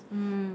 mm mm mm